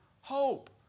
hope